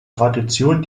tradition